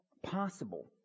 possible